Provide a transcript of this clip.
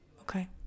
Okay